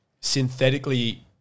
synthetically